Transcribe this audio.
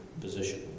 position